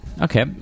Okay